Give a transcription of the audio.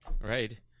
Right